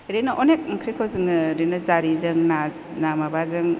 ओरैनो अनेख ओंख्रिखौ जोङो ओरैनो जारिजों ना ना माबाजों